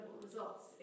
results